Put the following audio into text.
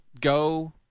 Go